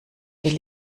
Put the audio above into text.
will